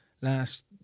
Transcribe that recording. last